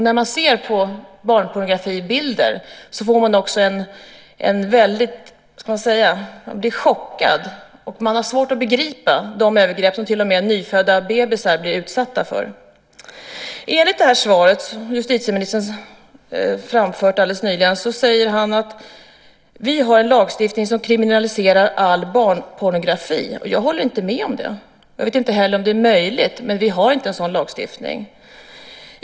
När man ser på barnpornografibilder blir man chockad, och man har svårt att begripa de övergrepp som till och med nyfödda bebisar blir utsatta för. I det svar som justitieministern har lämnat säger han att vi har en lagstiftning som kriminaliserar all barnpornografi. Jag håller inte med om det. Jag vet inte heller om det är möjligt, men vi har inte en sådan lagstiftning.